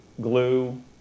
glue